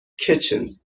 kitchens